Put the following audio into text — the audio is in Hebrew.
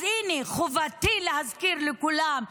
אז הינה, חובתי להזכיר לכולם: